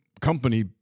company